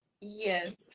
Yes